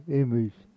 image